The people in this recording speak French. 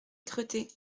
cretté